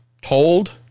told